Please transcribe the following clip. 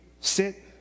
sit